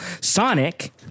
Sonic